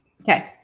okay